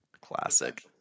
classic